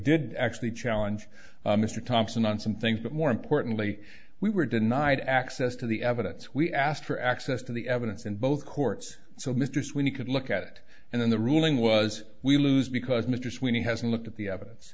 did actually challenge mr thompson on some things but more importantly we were denied access to the evidence we asked for access to the evidence in both courts so mr sweeney could look at it and then the ruling was we lose because mr sweeney has a look at the evidence